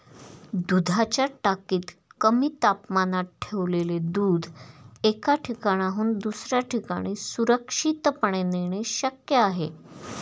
दुधाच्या टाकीत कमी तापमानात ठेवलेले दूध एका ठिकाणाहून दुसऱ्या ठिकाणी सुरक्षितपणे नेणे शक्य आहे